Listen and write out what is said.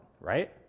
right